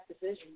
decision